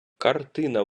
картина